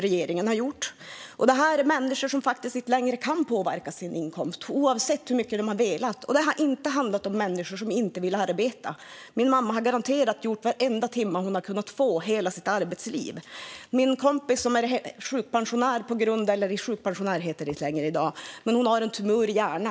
Detta är människor som faktiskt inte längre kan påverka sin inkomst, oavsett hur mycket de hade velat det. Det handlar inte om människor som inte vill arbeta. Min mamma har garanterat gjort varenda timme hon har kunnat få under hela sitt arbetsliv. Jag har en kompis som är sjukpensionär, som det inte längre heter. Hon har en tumör i hjärnan.